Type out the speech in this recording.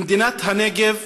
במדינת הנגב